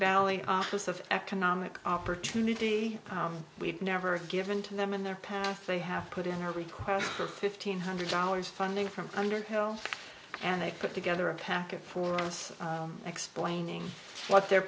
valley office of economic opportunity we've never given to them in their past they have put in our request for fifteen hundred dollars funding from underhill and they put together a package for us explaining what their